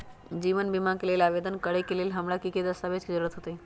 जीवन बीमा के लेल आवेदन करे लेल हमरा की की दस्तावेज के जरूरत होतई?